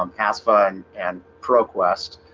um ask fun and proquest